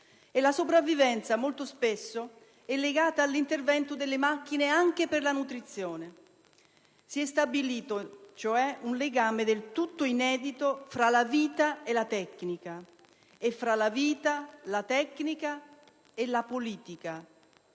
La sopravvivenza molto spesso è legata all'intervento delle macchine anche per la nutrizione; si è stabilito cioè un legame del tutto inedito tra la vita e la tecnica e tra la vita, la tecnica e la politica,